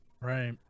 Right